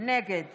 נגד